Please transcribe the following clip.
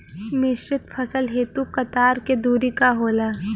मिश्रित फसल हेतु कतार के दूरी का होला?